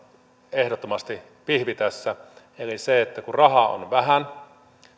ehdottomasti pihvi tässä eli se että kun rahaa on vähän